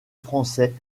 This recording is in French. français